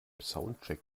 soundcheck